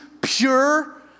pure